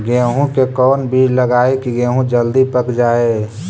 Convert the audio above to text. गेंहू के कोन बिज लगाई कि गेहूं जल्दी पक जाए?